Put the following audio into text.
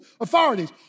authorities